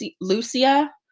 Lucia